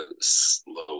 slowly